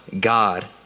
God